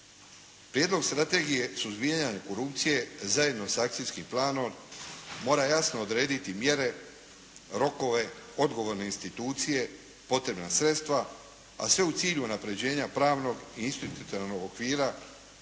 Prijedlog strategije suzbijanja korupcije zajedno sa akcijskim planom mora jasno odrediti mjere, rokove, odgovorne institucije, potrebna sredstva, a sve u cilju unapređenja pravnog i institucionalnog okvira